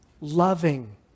loving